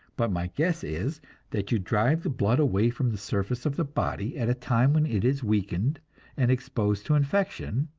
but my guess is that you drive the blood away from the surface of the body at a time when it is weakened and exposed to infection,